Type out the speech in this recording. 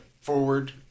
forward